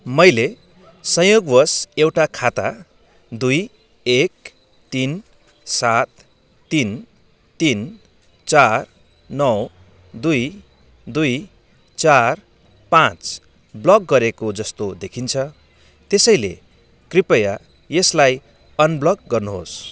मैले संयोगवश एउटा खाता दुई एक तिन सात तिन तिन चार नौ दुई दुई चार पाँच ब्लक गरेको जस्तो देखिन्छ त्यसैले कृपया यसलाई अनब्लक गर्नुहोस्